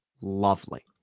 lovely